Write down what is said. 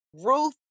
Ruth